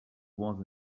was